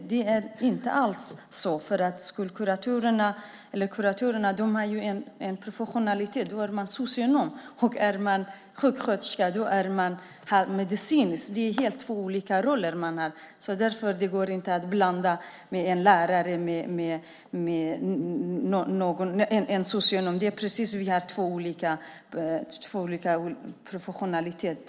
Men det är inte alls så, för kuratorerna har ju en annan professionalitet. Då är man socionom. Är man sjuksköterska har man medicinsk utbildning. Det är två helt olika roller. Därför går det inte att blanda. Socionomen och sjuksköterskan har två olika professionaliteter.